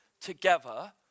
together